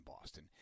Boston